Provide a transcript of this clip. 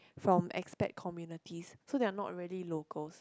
from expat communities so they are not really locals